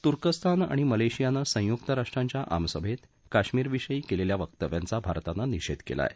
तुर्कस्तान आणि मलेशियानं संयुक्त राष्ट्रांच्या आमसभेत काश्मीरविषयी केलेल्या वक्तव्यांचा भारतानं निषेध केला आहे